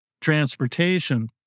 transportation